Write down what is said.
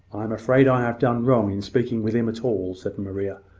i am afraid i have done wrong in speaking with him at all, said maria.